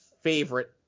favorite